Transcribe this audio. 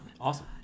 Awesome